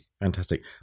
Fantastic